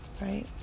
right